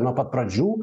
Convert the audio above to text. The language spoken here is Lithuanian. nuo pat pradžių